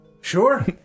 Sure